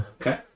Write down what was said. Okay